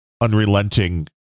unrelenting